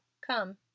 come